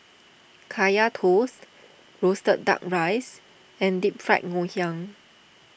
Kaya Toast Roasted Duck Rice and Deep Fried Ngoh Hiang